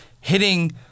hitting